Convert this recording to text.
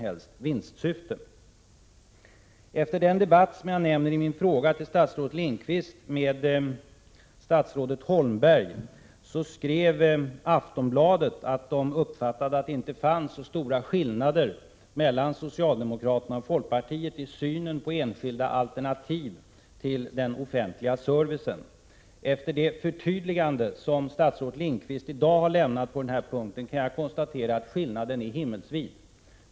Efter den debatt med statsrådet Holmberg som jag nämner i min fråga till statsrådet Lindqvist skrev Aftonbladet att man uppfattade saken så att det inte fanns särskilt stora skillnader mellan socialdemokraterna och folkpartiet i synen på enskilda alternativ till den offentliga servicen. Efter det förtydligande som statsrådet Lindqvist i dag lämnat på denna punkt måste jag konstatera att skillnaderna är himmelsvida.